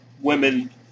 women